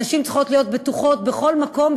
נשים צריכות להיות בטוחות בכל מקום,